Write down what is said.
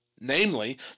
Namely